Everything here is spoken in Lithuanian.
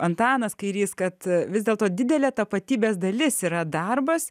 antanas kairys kad vis dėlto didelė tapatybės dalis yra darbas